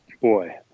Boy